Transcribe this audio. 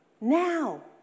now